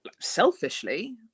selfishly